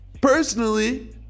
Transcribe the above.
Personally